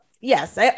yes